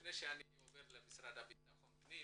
לפני שאעבור למשרד הבט"פ,